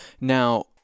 Now